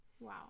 Wow